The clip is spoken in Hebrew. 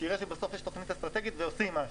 שיראה שבסוף יש תכנית אסטרטגית ועושים משהו.